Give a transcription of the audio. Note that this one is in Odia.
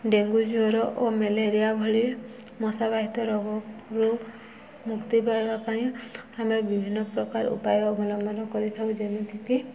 ଡେଙ୍ଗୁ ଜ୍ଵର ଓ ମ୍ୟାଲେରିଆ ଭଳି ମଶାବାହିତ ରୋଗରୁ ମୁକ୍ତି ପାଇବା ପାଇଁ ଆମେ ବିଭିନ୍ନ ପ୍ରକାର ଉପାୟ ଅବଲମ୍ବନ କରିଥାଉ ଯେମିତିକି